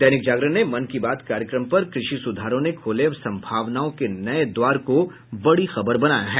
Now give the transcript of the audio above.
दैनिक जागरण ने मन की बात कार्यक्रम पर कृषि सुधारों ने खोले सम्भावनाओं के नये द्वार को बड़ी खबर बनाया है